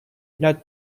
not